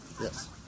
yes